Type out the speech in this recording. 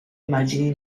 immagini